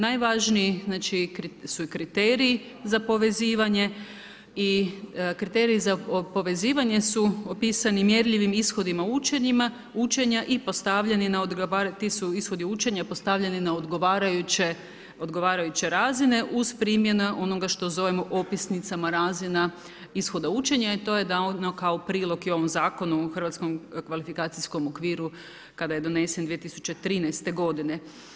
Najvažniji su kriteriji za povezivanje i kriterij za povezivanje su opisani mjerljivim ishodima učenja i ti su ishodi učenja postavljeni na odgovarajuće razine uz primjenu onoga što zovemo opisnicama razina ishoda učenja, a to je da ono kao prilog ovom Zakonu o Hrvatskom kvalifikacijskom okviru kada je donesen 2013. godine.